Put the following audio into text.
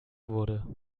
wurde